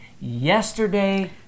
yesterday